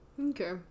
Okay